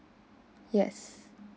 yes